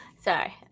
Sorry